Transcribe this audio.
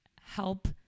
help